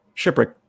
Shipwreck